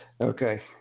Okay